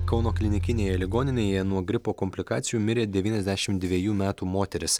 kauno klinikinėje ligoninėje nuo gripo komplikacijų mirė devyniasdešimt dvejų metų moteris